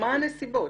מה הנסיבות?